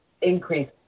Increase